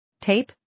Tape